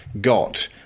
got